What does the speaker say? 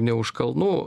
ne už kalnų